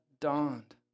dawned